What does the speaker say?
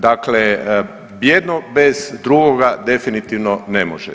Dakle jedno bez drugoga definitivno ne može.